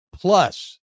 Plus